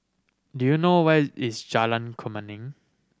do you know where is Jalan Kemuning